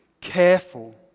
careful